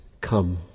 come